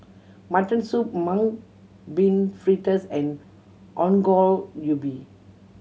mutton soup Mung Bean Fritters and Ongol Ubi